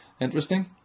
interesting